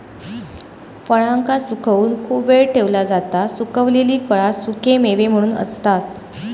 फळांका सुकवून खूप वेळ ठेवला जाता सुखवलेली फळा सुखेमेवे म्हणून असतत